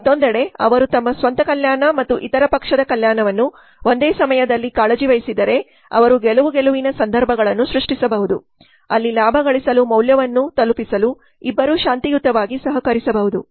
ಮತ್ತೊಂದೆಡೆ ಅವರು ತಮ್ಮ ಸ್ವಂತ ಕಲ್ಯಾಣ ಮತ್ತು ಇತರ ಪಕ್ಷದ ಕಲ್ಯಾಣವನ್ನು ಒಂದೇ ಸಮಯದಲ್ಲಿ ಕಾಳಜಿ ವಹಿಸಿದರೆ ಅವರು ಗೆಲುವು ಗೆಲುವಿನ ಸಂದರ್ಭಗಳನ್ನು ಸೃಷ್ಟಿಸಬಹುದು ಅಲ್ಲಿ ಲಾಭ ಗಳಿಸಲು ಮೌಲ್ಯವನ್ನು ತಲುಪಿಸಲು ಇಬ್ಬರೂ ಶಾಂತಿಯುತವಾಗಿ ಸಹಕರಿಸಬಹುದು